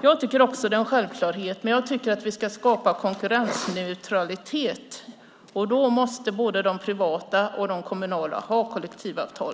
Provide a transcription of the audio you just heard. Jag tycker också att kollektivavtal är en självklarhet. Men jag tycker att vi ska skapa konkurrensneutralitet, och då måste både de privata och de kommunala ha kollektivavtal.